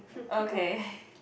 okay